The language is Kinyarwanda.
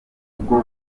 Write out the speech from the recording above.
bwo